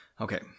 Okay